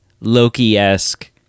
Loki-esque